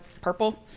purple